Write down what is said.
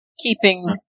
keeping